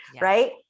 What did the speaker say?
right